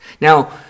Now